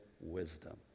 wisdom